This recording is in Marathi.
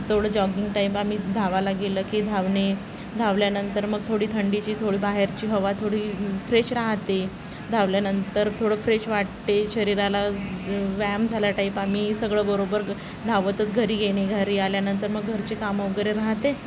तेवडं जॉगिंग टाईप आम्ही धावायला गेलं की धावणे धावल्यानंतर मग थोडी थंडीची थोडी बाहेरची हवा थोडी फ्रेश राहते धावल्यानंतर थोडं फ्रेश वाटते शरीराला व्यायाम झाला टाईप आम्ही सगळं बरोबर धावतच घरी घेणे घरी आल्यानंतर मग घरचे कामं वगैरे राहते